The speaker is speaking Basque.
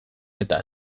eta